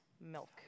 milk